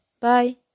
Bye